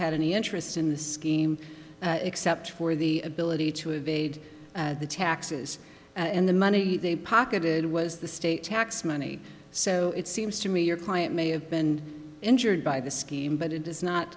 had any interest in the scheme except for the ability to evade taxes and the money they pocketed was the state tax money so it seems to me your client may have been injured by the scheme but it is